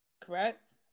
Correct